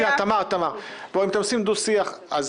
לא לעשות דו-שיח.